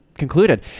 concluded